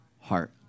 heart